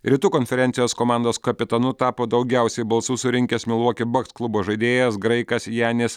rytų konferencijos komandos kapitonu tapo daugiausiai balsų surinkęs milvoki baks klubo žaidėjas graikas janis